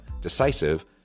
decisive